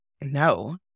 No